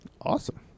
Awesome